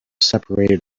separated